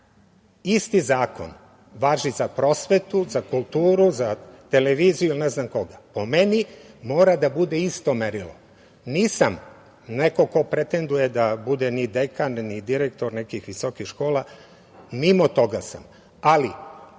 isti zakon važi za prosvetu, za kulturu, za televiziju? Po meni mora da bude isto merilo. Nisam neko ko pretenduje da bude dekan, ni direktor nekih visokih škola, mimo toga sam,